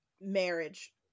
marriage